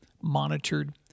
monitored